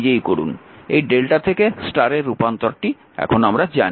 এই Δ থেকে Y তে রূপান্তরটি আমরা জানি